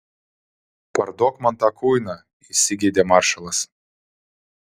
parduok man tą kuiną įsigeidė maršalas